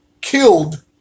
killed